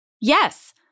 Yes